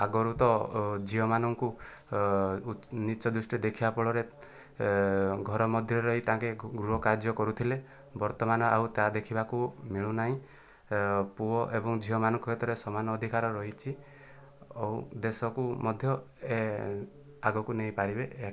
ଆଗରୁ ତ ଝିଅମାନଙ୍କୁ ନୀଚ୍ଚ ଦୃଷ୍ଟିରେ ଦେଖିବା ଫଳରେ ଘର ମଧ୍ୟରେ ରହି ତାଙ୍କେ ଗୃହ କାର୍ଯ୍ୟ କରୁଥିଲେ ବର୍ତ୍ତମାନ ଆଉ ତାହା ଦେଖିବାକୁ ମିଳୁ ନାହିଁ ପୁଅ ଏବଂ ଝିଅମାନଙ୍କ ଭିତରେ ସମାନ ଅଧିକାର ରହିଛି ଆଉ ଦେଶକୁ ମଧ୍ୟ ଆଗକୁ ନେଇପାରିବେ ଏହା